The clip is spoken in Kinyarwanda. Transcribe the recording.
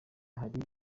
hari